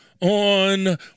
on